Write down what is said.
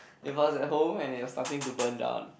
it was at home and it was starting to burn down